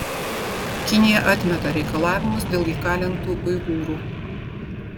kinija atmeta reikalavimus dėl įkalintų uigūrų